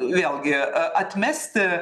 vėlgi atmesti